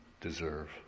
deserve